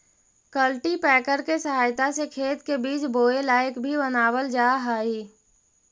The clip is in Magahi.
कल्टीपैकर के सहायता से खेत के बीज बोए लायक भी बनावल जा हई